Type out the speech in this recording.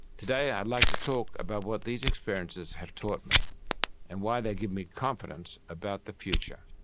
today i'd like to talk about what these experiences have taught me and why they give me confidence about the future.